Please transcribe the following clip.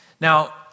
Now